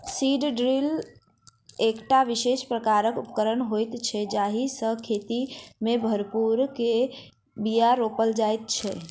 seed drill एकटा विशेष प्रकारक उपकरण होइत छै जाहि सॅ खेत मे भूर क के बीया रोपल जाइत छै